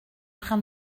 train